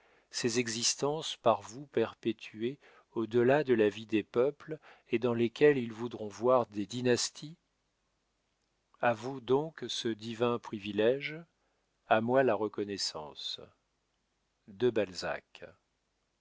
ces existences par vous perpétuées au delà de la vie des peuples et dans lesquelles ils voudront voir des dynasties a vous donc ce divin privilége à moi la reconnaissance de balzac